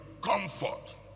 comfort